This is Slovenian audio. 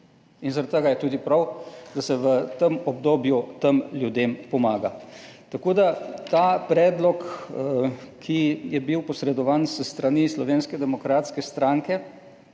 In zaradi tega je tudi prav, da se v tem obdobju tem ljudem pomaga. Tako da ta predlog, ki je bil posredovan s strani Slovenske demokratske stranke,